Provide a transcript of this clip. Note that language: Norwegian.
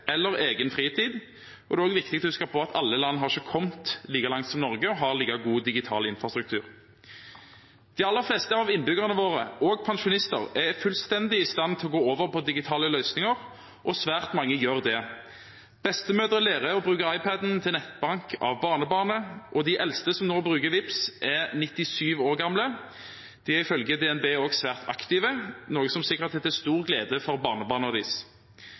eller egen fritid, og det er også viktig å huske på at ikke alle land har kommet like langt som Norge eller har like god digital infrastruktur. De aller fleste av innbyggerne våre – og pensjonister – er fullstendig i stand til å gå over på digitale løsninger, og svært mange gjør det. Bestemødre lærer å bruke iPaden til nettbank av barnebarnet, og de eldste som nå bruker Vipps, er 97 år gamle. De er ifølge DNB også svært aktive, noe som sikkert er til stor glede for barnebarna deres. Hele 96 pst. av dem mellom 80 og